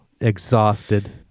exhausted